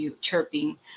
chirping